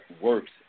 works